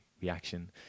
reaction